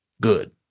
good